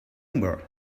more